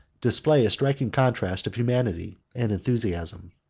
display a striking contrast of humanity and enthusiasm.